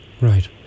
Right